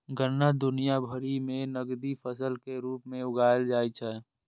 गन्ना दुनिया भरि मे नकदी फसल के रूप मे उगाएल जाइ छै